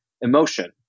emotion